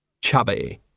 Chubby